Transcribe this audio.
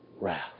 wrath